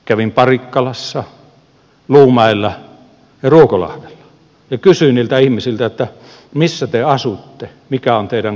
kävin parikkalassa luumäellä ja ruokolahdella ja kysyin niiltä ihmisiltä että missä te asutte mikä on teidän kotikuntanne